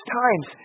times